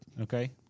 Okay